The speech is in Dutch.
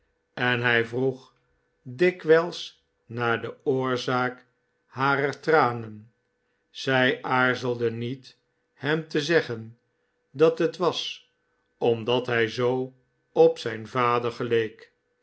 en hij vroeg dikwijls naar de oorzaak harer tranen zij aarzelde niet hem te zeggen dat het was omdat hij zoo op zijn vader geleek